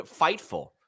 FIGHTFUL